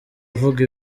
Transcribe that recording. avuga